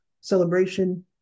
celebration